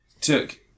took